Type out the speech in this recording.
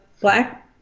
black